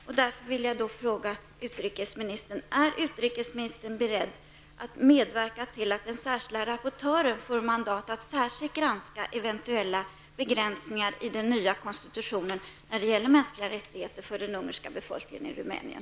Jag vill därför fråga utrikesministern: Är utrikesministern beredd att medverka till att den särskilda rapportören får mandat att särskilt granska eventuella begränsningar i den nya konstitutionen när det gäller mänskliga rättigheter för den ungerska befolkningen i Rumänien?